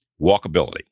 Walkability